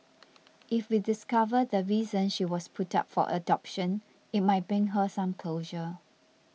if we discover the reason she was put up for adoption it might bring her some closure